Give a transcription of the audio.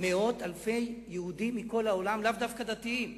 מאות אלפי יהודים מכל העולם, לאו דווקא דתיים.